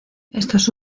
estos